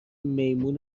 میمون